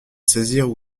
saisir